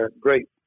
great